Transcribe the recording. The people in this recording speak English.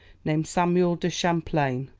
named samuel de champlain,